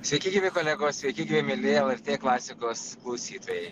sveiki gyvi kolegos sveiki gyvi mieli lrt klasikos klausytojai